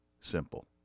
simple